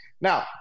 Now